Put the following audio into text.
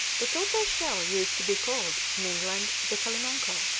the tortoise-shell used to be called, in england, the calimanco.